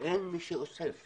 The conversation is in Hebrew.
אין מי שאוסף.